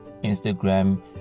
Instagram